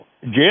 Jim